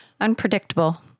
unpredictable